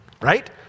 right